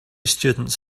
students